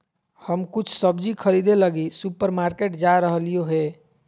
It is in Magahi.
हम कुछ सब्जि खरीदे लगी सुपरमार्केट जा रहलियो हें